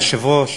אדוני היושב-ראש,